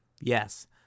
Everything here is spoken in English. Yes